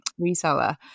reseller